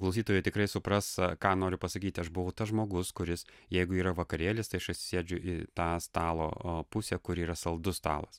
klausytojai tikrai supras ką noriu pasakyti aš buvau tas žmogus kuris jeigu yra vakarėlis tai aš atsisėdžiu į tą stalo pusę kur yra saldus stalas